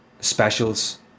specials